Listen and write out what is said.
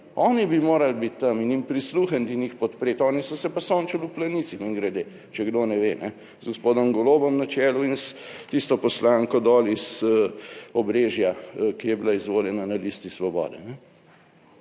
Oni bi morali biti tam in jim prisluhniti in jih podpreti. Oni so se pa sončili v Planici, mimogrede, če kdo ne ve, z gospodom Golobom na čelu in s tisto poslanko dol iz obrežja, ki je bila izvoljena na listi Svobode.